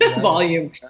volume